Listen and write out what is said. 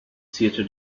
zierte